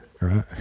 right